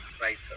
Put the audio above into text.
right